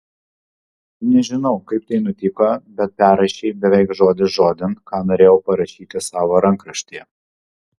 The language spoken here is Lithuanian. nežinau kaip tai nutiko bet perrašei beveik žodis žodin ką norėjau parašyti savo rankraštyje